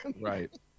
right